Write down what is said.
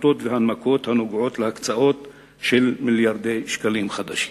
החלטות והנמקות הנוגעות להקצאות של מיליארדי שקלים חדשים.